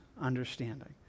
understanding